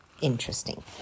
Interesting